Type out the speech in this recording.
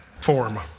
form